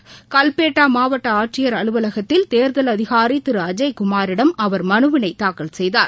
ப்புகல்பேட்டாமாவட்டஆட்சியர் அலுவலகத்தில் தேர்தல் அதிகாரிதிருஅஜய்குமாரிடம் அவர் மனுவினைதாக்கல் செய்தார்